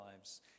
lives